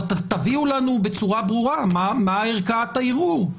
תביאו לנו בצורה ברורה מה ערכאת הערעור.